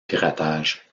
piratage